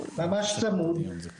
ממש צמוד.